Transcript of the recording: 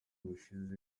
ubushize